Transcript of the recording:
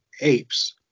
Apes